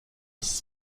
was